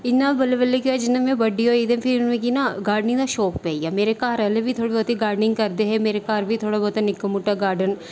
इंया बल्लें बल्लें कि जियां में बड्डी होई ते फिर मिगी ना गार्डनिंग दा शौक पेई गेआ मेरे घर आह्लें बी थोह्ड़ी बोह्त गार्डनिंग करदे हे मेरे घर बी थोह्ड़ा बोह्ता निक्का मुट्टा गार्डन